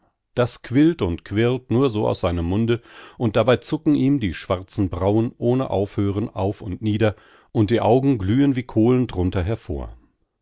das quillt und quirlt nur so aus seinem munde und dabei zucken ihm die schwarzen brauen ohne aufhören auf und nieder und die augen glühen wie kohlen drunter hervor